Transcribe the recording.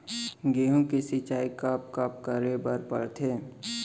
गेहूँ के सिंचाई कब कब करे बर पड़थे?